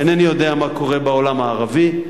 אינני יודע מה קורה בעולם הערבי.